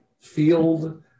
field